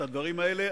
את הדברים האלה,